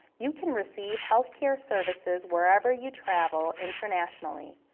you can receive healthcare services wherever you travel internationally.